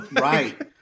Right